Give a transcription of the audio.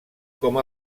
com